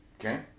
Okay